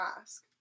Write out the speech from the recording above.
ask